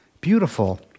beautiful